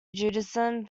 judaism